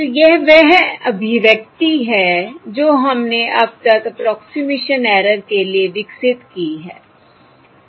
तो यह वह अभिव्यक्ति है जो हमने अब तक अप्रोक्सिमेशन ऐरर के लिए विकसित की है